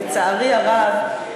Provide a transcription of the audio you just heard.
לצערי הרב,